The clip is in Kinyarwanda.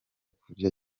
kurya